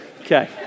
Okay